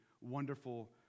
wonderful